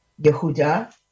Yehuda